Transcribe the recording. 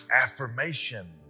affirmation